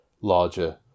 larger